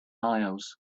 miles